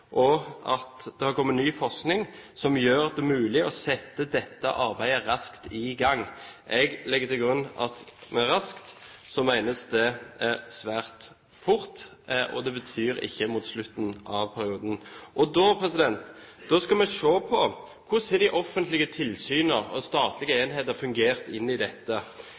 og at det er kommet «ny forskning som gjør det mulig å sette dette arbeidet raskt i gang». Jeg legger til grunn at med «raskt» menes det svært fort, og at det ikke betyr mot slutten av perioden. Da skal vi se på hvordan de offentlige tilsynene og de statlige enhetene fungerer inn i dette.